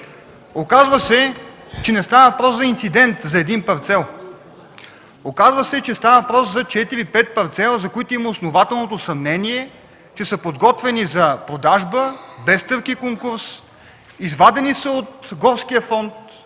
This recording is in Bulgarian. Оказва се, че не става въпрос за инцидент – за един парцел. Оказва се, че става въпрос за 4-5 парцела, за които има основателното съмнение, че са подготвени за продажба без търг и конкурс, извадени са от горския фонд,